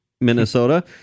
Minnesota